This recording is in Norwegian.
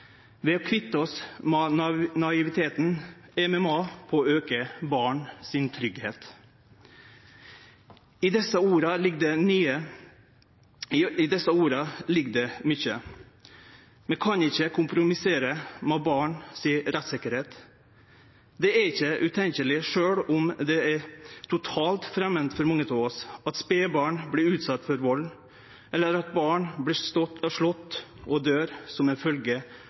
I desse orda ligg det mykje. Vi kan ikkje kompromisse med rettstryggleiken til barna. Det er ikkje utenkjeleg, sjølv om det er totalt framandt for mange av oss, at spedbarn vert utsette for vald, eller at barn vert slått og døyr som følgje av